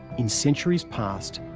in centuries past,